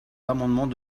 l’amendement